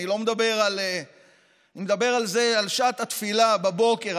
אני מדבר על שעת התפילה בבוקר,